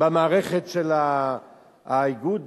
במערכת של האיגוד